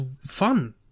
fun